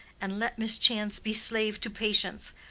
and let mischance be slave to patience.